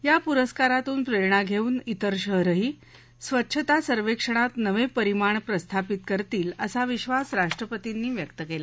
या पुरस्कारातून प्रेरणा धेऊन इतर शहरं ही स्वच्छता सर्वेक्षणात नवे परिमाण प्रस्थापित करतील असा विश्वास राष्ट्रपतींनी व्यक्त केला